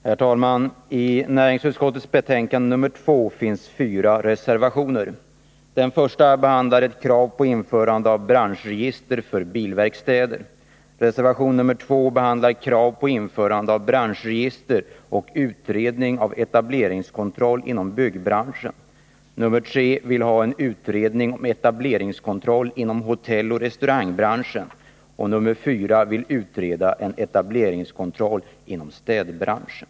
Herr talman! I näringsutskottets betänkande nr 2 finns fyra reservationer. Den första behandlar ett krav på införande av branschregister för bilverkstäder. Reservation nr 2 behandlar krav på införande av branschregister och utredning av etableringskontroll inom byggbranschen. Reservation nr 3 vill ha en utredning om etableringskontroll inom hotelloch restaurangbranschen, och reservation nr 4 vill utreda en etableringskontroll inom städbranschen.